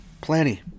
plenty